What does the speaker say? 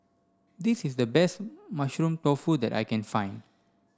this is the best mushroom tofu that I can find